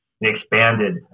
expanded